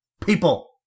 People